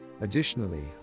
Additionally